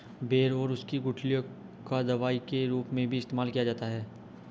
बेर और उसकी गुठलियों का दवाई के रूप में भी इस्तेमाल किया जाता है